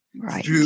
Right